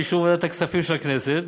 באישור ועדת הכספים של הכנסת,